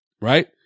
right